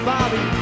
Bobby